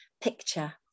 picture